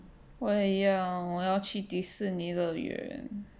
我也要我要去迪士尼乐园